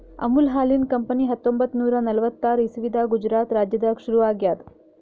ಅಮುಲ್ ಹಾಲಿನ್ ಕಂಪನಿ ಹತ್ತೊಂಬತ್ತ್ ನೂರಾ ನಲ್ವತ್ತಾರ್ ಇಸವಿದಾಗ್ ಗುಜರಾತ್ ರಾಜ್ಯದಾಗ್ ಶುರು ಆಗ್ಯಾದ್